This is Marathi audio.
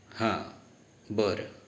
हां बरं